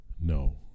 No